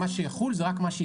מה שאני